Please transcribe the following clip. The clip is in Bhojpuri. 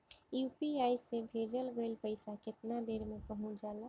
यू.पी.आई से भेजल गईल पईसा कितना देर में पहुंच जाला?